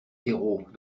héros